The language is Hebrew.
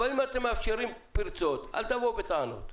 אבל אם אתם מאפשרים פרצות אל תבואו בטענות.